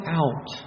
out